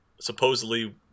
supposedly